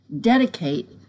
dedicate